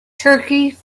turkey